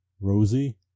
Rosie